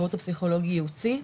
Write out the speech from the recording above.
בשירות הפסיכולוגי ייעוצי.